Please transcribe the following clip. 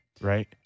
right